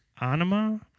Anima